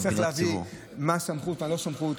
צריך להבין מה בסמכות ומה לא בסמכות.